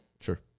Sure